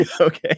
Okay